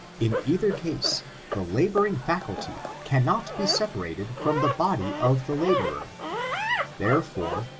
in either case the laboring faculty cannot be separated from the body of the laborer therefore,